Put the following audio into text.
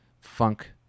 funk